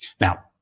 Now